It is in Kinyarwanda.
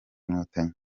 inkotanyi